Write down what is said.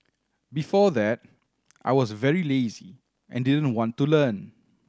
before that I was very lazy and didn't want to learn